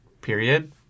period